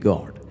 God